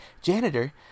janitor